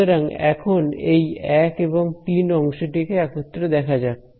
সুতরাং এখন এই 1 এবং 3 অংশটিকে একত্রে দেখা যাক